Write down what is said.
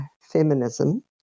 feminism